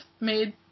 made